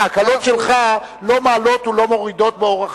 ההקלות שלך לא מעלות ולא מורידות באורח